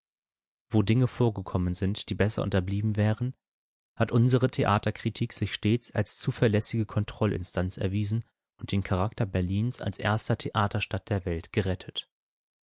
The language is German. wo dinge vorgekommen sind die besser unterblieben wären hat unsere theaterkritik sich stets als zuverlässige kontrollinstanz erwiesen und den charakter berlins als erster theaterstadt der welt gerettet